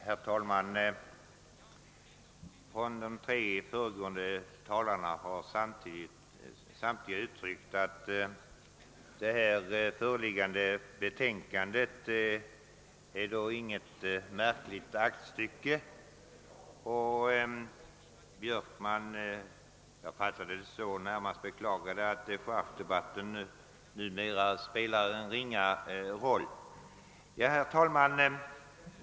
Herr talman! De tre föregående talarna har framhållit att det föreliggande betänkandet inte är något märkligt aktstycke. Herr Björkman närmast beklagade att dechargedebatten numera spelar en ringa roll — jag fattade honom åtminstone så.